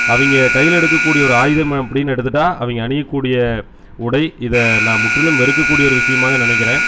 அவங்க கையில எடுக்கக்கூடிய ஒரு ஆயுதம் அப்பன்னு எடுத்துகிட்டா அவங்க அணியக்கூடிய உடை இதை நான் முற்றிலும் வெறுக்கக்கூடிய ஒரு விஷயமாக நினைக்கிறேன்